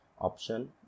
option